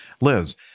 Liz